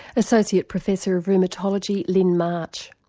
associate professor of rheumatology lyn march.